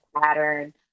pattern